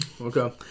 Okay